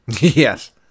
Yes